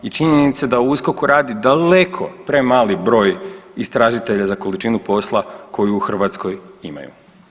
I činjenica da u USKOK-u radi daleko premali broj istražitelja za količinu posla koju u Hrvatskoj imaju.